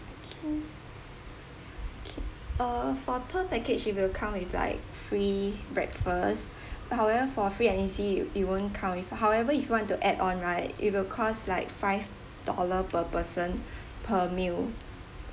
okay okay uh for tour package it will come with like free breakfast uh however for free and easy it it won't come with uh however if you want to add on right it will cost like five dollar per person per meal